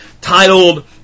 titled